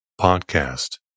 Podcast